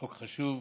חוק חשוב,